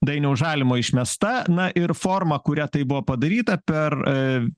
dainiaus žalimo išmesta na ir forma kuria tai buvo padaryta per